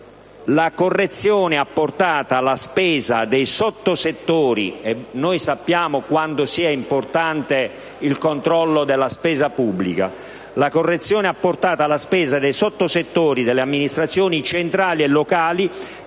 la correzione apportata alla spesa dei sottosettori delle amministrazioni centrali e locali